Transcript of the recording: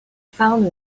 found